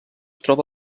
troba